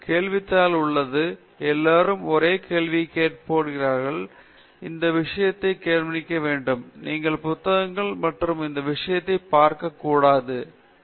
கேள்வித்தாள் உள்ளது எல்லோருக்கும் ஒரே கேள்வியைக் கொடுக்கிறார்கள் எல்லோருக்கும் சில நேரம் கொடுக்கப்படுகிறது யாரும் ஒருவருக்கொருவர் இந்த விஷயத்தை கவனிக்க வேண்டும் நீங்கள் புத்தகங்கள் மற்றும் இந்த விஷயத்தை பார்க்க கூடாது நீங்கள் சில பிரச்சினைகளை தீர்க்க வேண்டும்